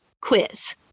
Quiz